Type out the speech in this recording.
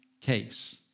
case